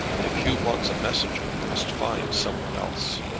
if hugh wants a messenger he must find some one else.